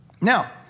Now